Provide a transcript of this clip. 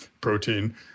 protein